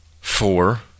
Four